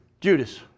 Judas